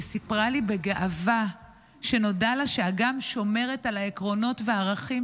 והיא סיפרה לי בגאווה שנודע לה שאגם שומרת על העקרונות והערכים